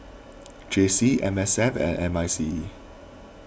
J C M S F and M I C E